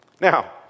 Now